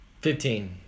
Fifteen